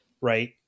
Right